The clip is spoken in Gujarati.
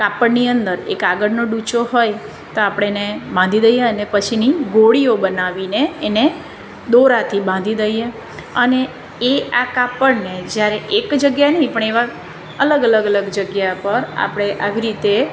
કાપડની અંદર એ કાગળનો ડૂચો હોય તો આપણે એને બાંધી દઈએ અને પછી એની ગોળીઓ બનાવીને એને દોરાથી બાંધી દઈએ અને એ આ કાપડને જ્યારે એક જગ્યા નહીં પણ એવા અલગ અલગ અલગ જગ્યા પર આપણે આવી રીતે